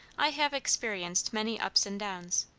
i have experienced many ups and downs,